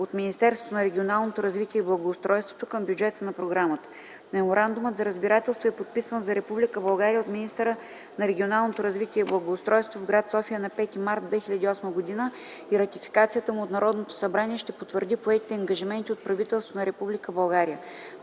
от Министерството на регионалното развитие и благоустройството към бюджета на програмата. Меморандумът за разбирателство e подписан за Република България от министъра на регионалното развитие и благоустройството в гр. София на 5 март 2008 г., и ратификацията му от Народното събрание ще потвърди поетите ангажименти от правителството на